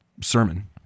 sermon